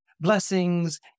blessings